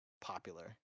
popular